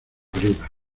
bridas